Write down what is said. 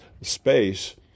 space